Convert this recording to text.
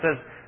says